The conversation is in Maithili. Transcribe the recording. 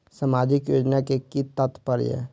सामाजिक योजना के कि तात्पर्य?